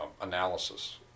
analysis